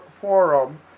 Forum